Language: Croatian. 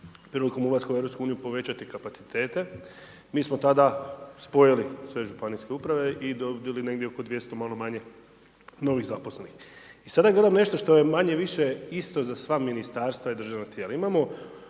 prilikom ulaska u EU povećati kapacitete, mi smo tada spojili sve županijske uprave i dobili negdje oko 200, malo manje novih zaposlenih. I sada gledam nešto što je manje više isto za sva ministarstva i državna tijela.